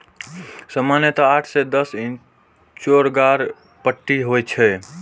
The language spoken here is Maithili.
सामान्यतः आठ सं दस इंच चौड़गर पट्टी होइ छै